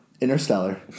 Interstellar